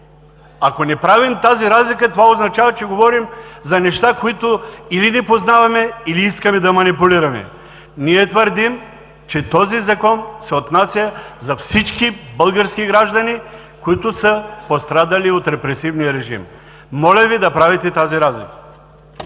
Ако не правим тази разлика, това означава, че говорим за неща, които или не познаваме, или искаме да манипулираме. Ние твърдим, че този Закон се отнася за всички български граждани, които са пострадали от репресивния режим. Моля Ви да правите тази разлика.